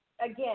again